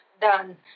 done